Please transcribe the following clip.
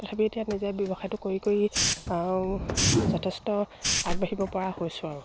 তথাপি এতিয়া নিজে ব্যৱসায়টো কৰি কৰি যথেষ্ট আগবাঢ়িব পৰা হৈছোঁ আৰু